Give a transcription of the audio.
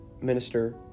minister